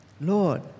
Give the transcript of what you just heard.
Lord